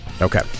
Okay